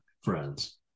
friends